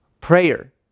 Prayer